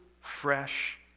fresh